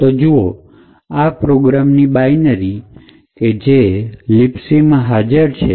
તો જુઓ આ પ્રોગ્રામની બાયનરી કે જે libcમાં હાજર છે તે છે